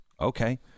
Okay